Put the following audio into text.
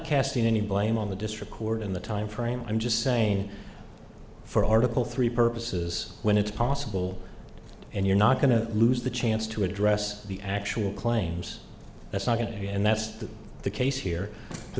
casting any blame on the district court in the timeframe i'm just saying for article three purposes when it's possible and you're not going to lose the chance to address the actual claims that's not going to be and that's the case here t